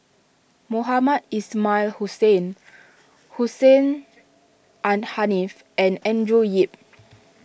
Mohamed Ismail Hussain Hussein N Haniff and Andrew Yip